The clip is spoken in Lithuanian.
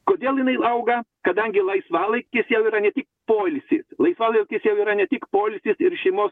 kodėl jinai auga kadangi laisvalaikis jau yra ne tik poilsis laisvalaikis jau yra ne tik poilsis ir šeimos